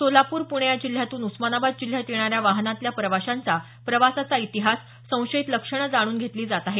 सोलापूर पुणे या जिल्ह्यातून उस्मानाबाद जिल्ह्यात येणाऱ्या वाहनांतल्या प्रवाशांचा प्रवासाचा इतिहास संशयित लक्षणं जाणू घेतली जात आहेत